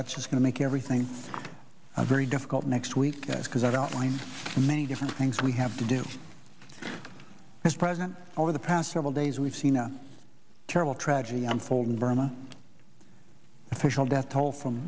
that's going to make everything a very difficult next week because i don't mind the many different things we have to do as president over the past several days we've seen a terrible tragedy unfolding verna official death toll from